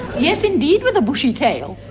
yes indeed, with a bushy tail.